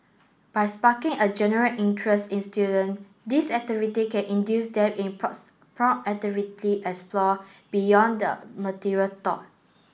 by sparking a general interest in student these activity can induce them in proactively explore beyond the material taught